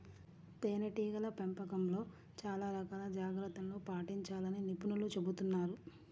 తేనెటీగల పెంపకంలో చాలా రకాల జాగ్రత్తలను పాటించాలని నిపుణులు చెబుతున్నారు